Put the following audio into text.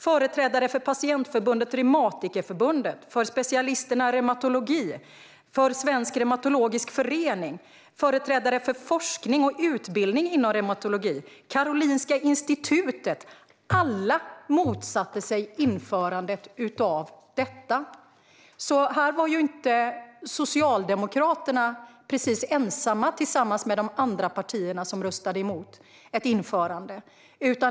Företrädare för patientförbundet Reumatikerförbundet, för specialisterna i reumatologi, för Svensk Reumatologisk Förening, företrädare för forskning och utbildning inom reumatologi, för Karolinska Institutet - alla motsatte sig införandet av Vårdval reumatologi. Socialdemokraterna var ju inte precis ensamma tillsammans med de övriga partierna som röstade emot ett införande.